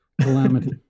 calamity